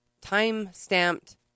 time-stamped